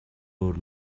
өөр